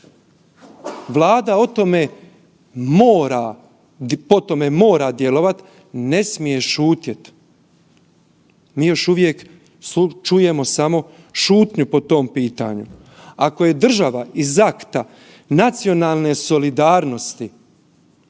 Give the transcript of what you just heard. Vlada po tome mora djelovat, ne smije šutjet. Mi još uvijek čujemo samo šutnju po tom pitanju. Ako je država iz akta nacionalne solidarnosti